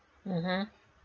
mmhmm